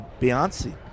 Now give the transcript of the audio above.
Beyonce